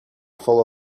full